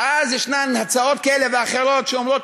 ואז ישנן הצעות כאלה ואחרות שאומרות: